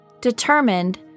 Determined